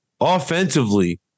Offensively